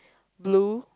blue